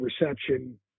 reception